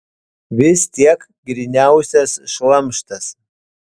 vis tiek gryniausias šlamštas